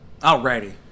Alrighty